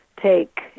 take